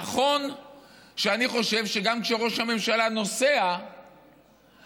נכון שאני חושב שגם כשראש הממשלה נוסע אז